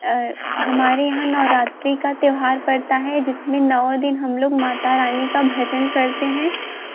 हमारे यहाँ नवरात्री का त्यौहार पड़ता है जिसमें नौ दिन हम लोग माता रानी का भजन करते हैं